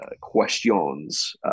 questions